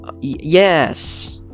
Yes